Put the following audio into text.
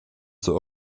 zur